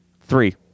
Three